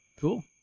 Cool